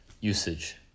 usage